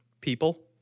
People